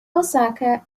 osaka